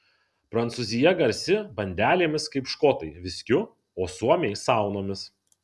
prancūzija garsi bandelėmis kaip škotai viskiu o suomiai saunomis